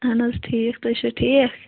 اہن حظ ٹھیٖک تُہۍ چھُو ٹھیٖک